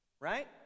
Right